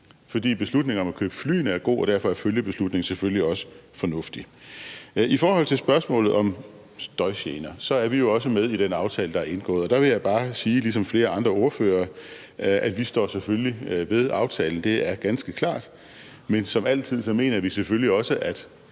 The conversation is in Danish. fordi beslutningen om at købe flyene er god, og derfor er følgebeslutningen selvfølgelig også fornuftig. I forhold til spørgsmålet om støjgener er vi jo også med i den aftale, der er indgået. Der vil jeg bare ligesom flere andre ordførere sige, at vi selvfølgelig står ved aftalen. Det er ganske klart. Men som altid mener vi selvfølgelig også, at